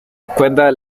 cuenta